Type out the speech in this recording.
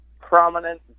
prominent